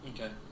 Okay